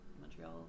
Montreal